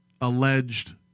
alleged